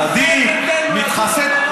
זה אתה, צדיק, מתחסד.